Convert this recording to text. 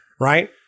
right